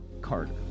Carter